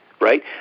right